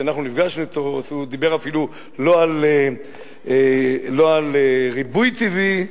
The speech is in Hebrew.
כשאנחנו נפגשנו אתו אז הוא דיבר אפילו לא על ריבוי טבעי,